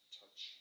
touch